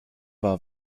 war